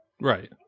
Right